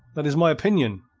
that is my opinion.